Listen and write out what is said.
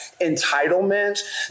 entitlement